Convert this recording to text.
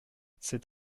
c’est